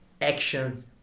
action